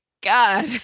God